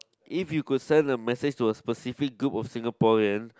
if you could send a message to a specific group of Singaporean